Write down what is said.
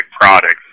products